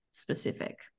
specific